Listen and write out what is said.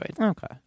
Okay